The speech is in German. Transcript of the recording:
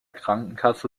krankenkasse